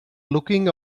looking